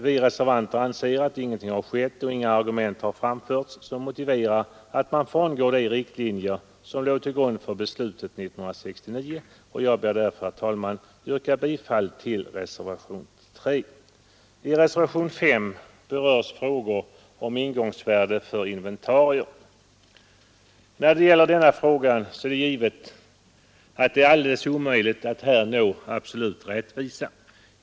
Vi reservanter anser att ingenting har skett och inga argument har framförts som motiverar att man frångår de riktlinjer som låg till grund för beslutet 1969. Jag ber därför, herr talman, att få yrka bifall till reservationen 3. I reservationen 5 berörs frågor om ingångsvärden för inventarier. När det gäller denna fråga är det givet att det är alldeles omöjligt att uppnå absolut rättvisa.